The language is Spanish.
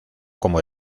como